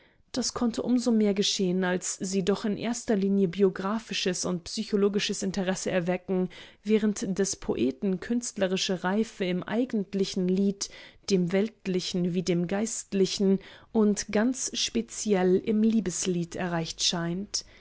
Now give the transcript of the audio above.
das konnte um so mehr geschehen als sie doch in erster linie biographisches und psychologisches interesse erwecken während des poeten künstlerische reife im eigentlichen lied dem weltlichen wie dem geistlichen und ganz speziell im liebeslied erreicht scheint